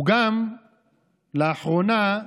הוא גם, לאחרונה,